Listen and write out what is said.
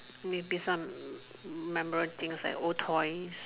maybe some memorable things like old toys